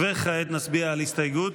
כעת נצביע על הסתייגות